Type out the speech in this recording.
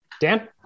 Dan